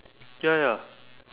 ya ya